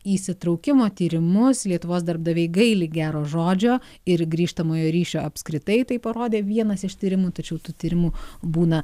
įsitraukimo tyrimus lietuvos darbdaviai gaili gero žodžio ir grįžtamojo ryšio apskritai tai parodė vienas iš tyrimų tačiau tų tyrimų būna